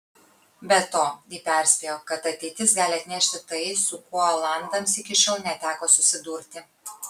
be to ji perspėjo kad ateitis gali atnešti tai su kuo olandams iki šiol neteko susidurti